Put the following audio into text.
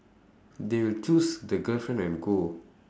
they would choose the girlfriend and go